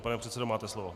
Pane předsedo, máte slovo.